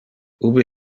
ubi